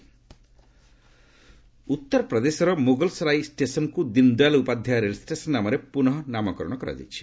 Mughalsarai station ଉତ୍ତର ପ୍ରଦେଶର ମୁଗଲସରାଇ ଷ୍ଟେସନ୍କୁ ଦୀନ୍ ଦୟାଲ୍ ଉପାଧ୍ୟାୟ ରେଳ ଷ୍ଟେସନ୍ ନାମରେ ପୁନଃ ନାମକରଣ କରାଯାଇଛି